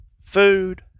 food